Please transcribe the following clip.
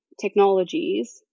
technologies